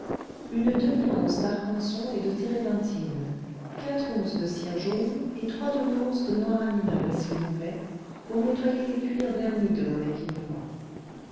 une demi once d'arcanson et de térébenthine quatre onces de cire jaune et trois demi onces de noir animal s'il vous plaît pour nettoyer les cuirs vernis de mon équipement